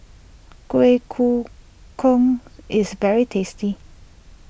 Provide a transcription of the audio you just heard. Kuih Koo Kong is very tasty